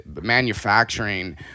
manufacturing